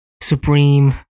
supreme